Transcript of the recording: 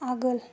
आगोल